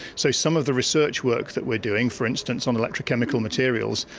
so some of the research work that we are doing, for instance on electrochemical materials,